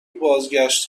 بازگشت